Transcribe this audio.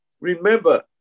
remember